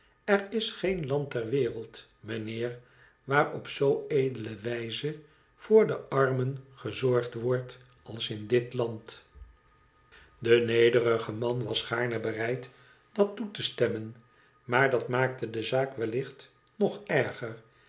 er is geen land ter wereld mijnheer waar op zoo edele wijze voor de armen gezorgd wordt als in dit land de nederige man was gaarne bereid dat toe te stemmen maar dat maakte de zaak wellicht nog erger